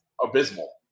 abysmal